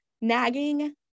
nagging